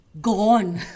gone